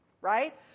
Right